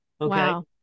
Okay